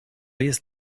jest